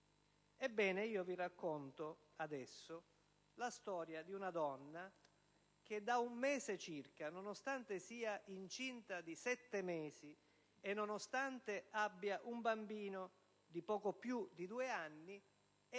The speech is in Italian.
anni. Vi racconto adesso la storia di una donna che da un mese circa, nonostante sia incinta di sette mesi e nonostante abbia un bambino di poco più di due anni, è